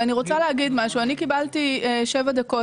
הקצבתם לי 7 דקות,